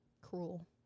Cruel